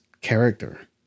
character